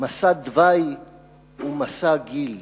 משא דווי ומשא גיל":